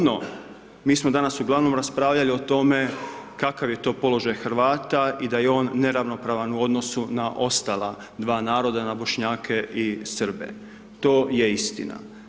Ono, mi smo danas uglavnom raspravljali o tome kakav je to položaj Hrvata i da je on neravnopravan u odnosu na ostala dva naroda, na Bošnjake i Srbe to je istina.